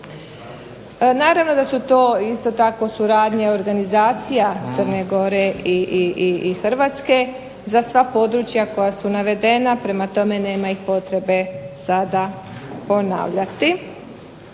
Naravno da su to isto tako suradnje organizacija Crne Gore i Hrvatske, za sva područja koja su navedena, prema tome nema ih potrebe sada ponavljati.